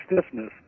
stiffness